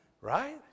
Right